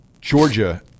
Georgia